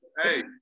Hey